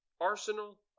arsenal